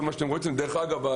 דרך אגב,